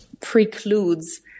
precludes